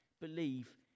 believe